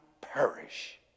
perish